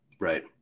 Right